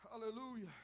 Hallelujah